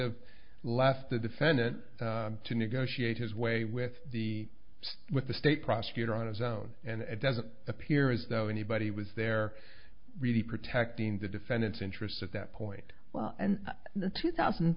of last the defendant to negotiate his way with the stay with the state prosecutor on his own and it doesn't appear as though anybody was there really protecting the defendants interests at that point well and the two thousand